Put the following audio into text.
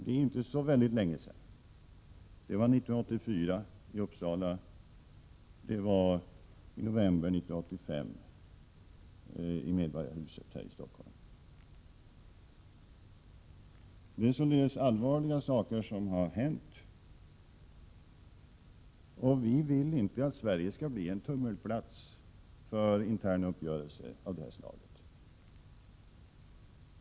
Det är inte så länge sedan — det var 1984i Prot. 1987/88:125 Uppsala och i november 1985 i Medborgarhuset i Stockholm. 24 maj 1988 Det är således allvarliga saker som har inträffat, och vi vill inte att Sverige Om slopande av kom skall bli en tummelplats för interna uppgörelser av detta slag.